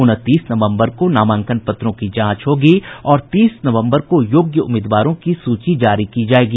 उनतीस नवम्बर को नामांकन पत्रों की जांच होगी और तीस नवम्बर को योग्य उम्मीदवारों की सूची जारी की जायेगी